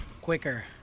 quicker